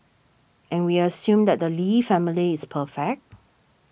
and we assume that the Lee family is perfect